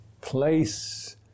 place